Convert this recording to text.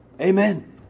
Amen